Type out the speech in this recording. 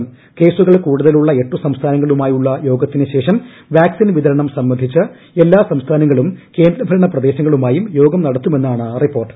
ഭക്കസുകൾ കൂടുതലുളള എട്ടുസംസ്ഥാനങ്ങളുമായുളള യോഗൃത്തിന്റ് ശേഷം വാക്സിൻ വിതരണം സംബന്ധിച്ച് എല്ലാ സ്റ്റ്സ്ഫാ്നങ്ങളും കേന്ദ്രഭരണ പ്രദേശങ്ങളുമായും യോഗം നൂട്ടത്തുമെന്നാണ് റിപ്പോർട്ട്